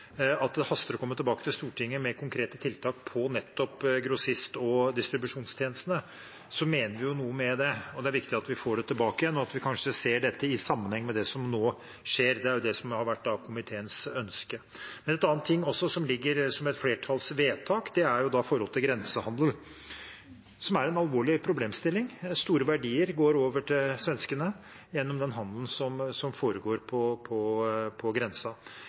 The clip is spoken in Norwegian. at det haster å komme tilbake til Stortinget med konkrete tiltak på nettopp grossist- og distribusjonstjenestene, mener vi jo noe med det. Det er viktig at vi får det tilbake, og at vi kanskje ser dette i sammenheng med det som nå skjer. Det er jo det som har vært komiteens ønske. En annen ting som ligger som et flertallsvedtak, er forholdet med grensehandel, som er en alvorlig problemstilling. Store verdier går over til svenskene gjennom handelen som foregår på